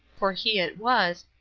for he it was,